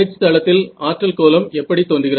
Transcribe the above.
H தளத்தில் ஆற்றல் கோலம் எப்படி தோன்றுகிறது